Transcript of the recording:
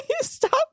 stop